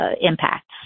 impacts